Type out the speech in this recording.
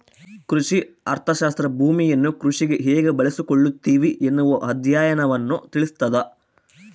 ಕೃಷಿ ಅರ್ಥಶಾಸ್ತ್ರ ಭೂಮಿಯನ್ನು ಕೃಷಿಗೆ ಹೇಗೆ ಬಳಸಿಕೊಳ್ಳುತ್ತಿವಿ ಎನ್ನುವ ಅಧ್ಯಯನವನ್ನು ತಿಳಿಸ್ತಾದ